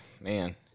man